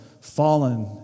fallen